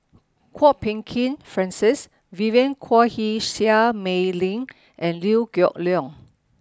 Kwok Peng Kin Francis Vivien Quahe Seah Mei Lin and Liew Geok Leong